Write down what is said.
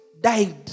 died